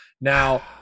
Now